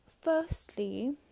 firstly